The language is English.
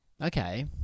Okay